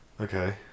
Okay